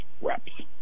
reps